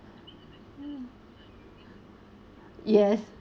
yes